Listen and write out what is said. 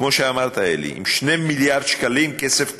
כמו שאמרת, אלי, עם 2 מיליארד שקלים, כסף קיים,